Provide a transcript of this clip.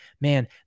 Man